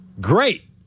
Great